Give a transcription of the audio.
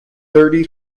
thirty